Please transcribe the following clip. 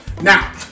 Now